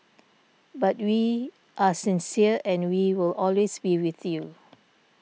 but we are sincere and we will always be with you